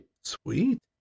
Sweet